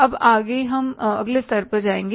अब आगे हम अगले स्तर पर जाएंगे